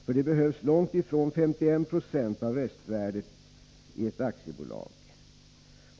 För det behövs långt ifrån 51 26 av röstvärdet i ett aktiebolag.